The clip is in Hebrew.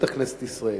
בטח בכנסת ישראל.